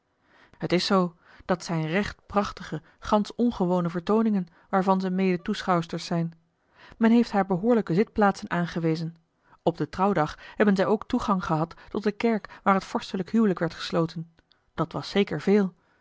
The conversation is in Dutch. het is zoo dat zijn recht prachtige gansch ongewone vertooningen waarvan ze mede toeschouwsters zijn men heeft haar behoorlijke zitplaatsen aangewezen op den trouwdag hebben zij ook toegang gehad tot de kerk waar het vorstelijk huwelijk werd gesloten dat was zeker veel